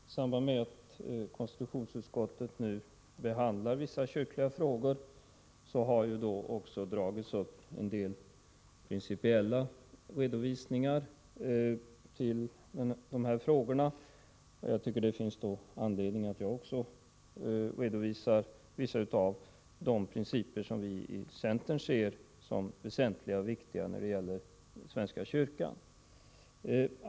Herr talman! I samband med att konstitutionsutskottet nu behandlar vissa kyrkliga frågor har det gjorts en del principiella redovisningar. Jag tycker att då finns det anledning att också jag redovisar vissa av de principer som vi i centern ser som väsentliga och viktiga när det gäller svenska kyrkan.